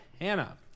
Hannah